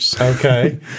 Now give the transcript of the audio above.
Okay